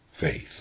faith